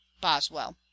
boswell